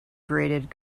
graded